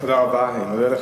תודה רבה לך.